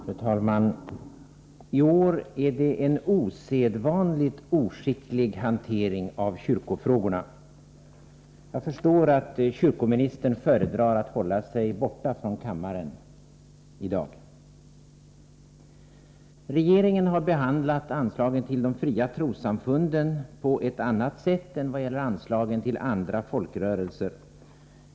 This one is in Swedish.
Fru talman! I år har det varit en osedvanligt oskicklig hantering av kyrkofrågorna. Jag förstår att kyrkoministern i dag föredrar att hålla sig borta från kammaren. Regeringen har behandlat anslagen till de fria trossamfunden på annat sätt än anslagen till andra folkrörelser.